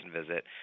visit